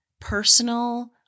personal